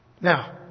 Now